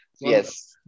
Yes